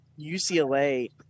ucla